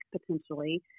potentially